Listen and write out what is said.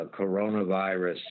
coronavirus